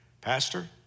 Pastor